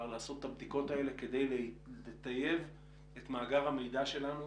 לעשות את הבדיקות האלה כדי לטייב את מאגר המידע שלנו.